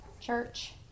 church